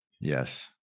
Yes